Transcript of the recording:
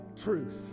truth